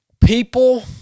People